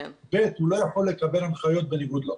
שנית, הוא לא יכול לקבל החיות בניגוד לחוק.